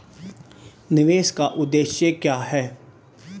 निवेश का उद्देश्य क्या है?